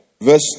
Verse